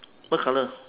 what colour